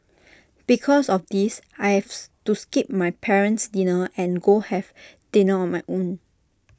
because of this I have to skip my parent's dinner and go have dinner on my own